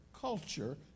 culture